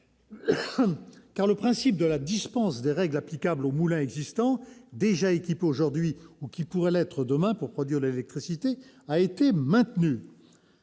car le principe de la dispense des règles applicables aux moulins existants, déjà équipés aujourd'hui ou qui pourraient l'être demain pour produire de l'électricité, a été maintenu.